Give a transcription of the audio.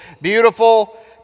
beautiful